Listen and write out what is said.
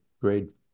Great